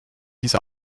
diese